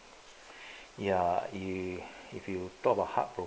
ya you if you talk about heartbro~